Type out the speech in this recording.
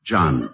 John